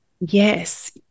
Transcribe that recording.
Yes